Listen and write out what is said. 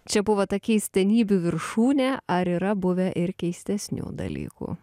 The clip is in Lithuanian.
čia buvo ta keistenybių viršūnė ar yra buvę ir keistesnių dalykų